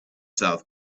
south